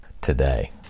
today